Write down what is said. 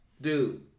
dude